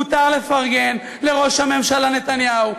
מותר לפרגן לראש הממשלה נתניהו,